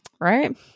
right